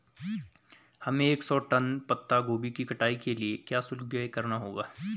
हमें एक सौ टन पत्ता गोभी की कटाई के लिए क्या शुल्क व्यय करना होगा?